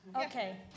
Okay